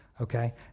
okay